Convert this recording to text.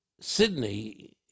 Sydney